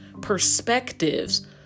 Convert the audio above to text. perspectives